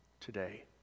today